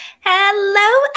Hello